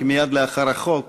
כי מייד לאחר החוק